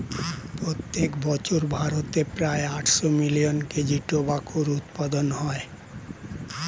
প্রত্যেক বছর ভারতে প্রায় আটশো মিলিয়ন কেজি টোবাকোর উৎপাদন হয়